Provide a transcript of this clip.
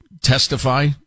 testify